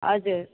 हजुर